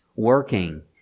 Working